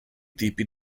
tipi